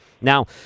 Now